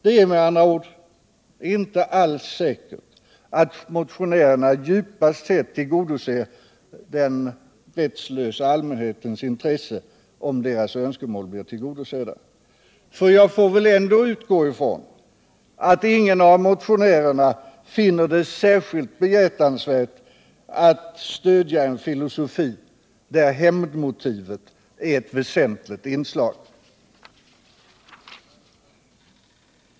Det är med andra ord inte alls säkert att motionärerna djupast sett tillgodoser den rättslösa allmänhetens intressen om deras önskemål blir tillgodosedda. Jag utgår ifrån att ingen av motionärerna finner det särskilt behjärtansvärt att stödja en filosofi, där hämndmotivet är ett väsentligt inslag.